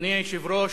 אדוני היושב-ראש,